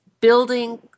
building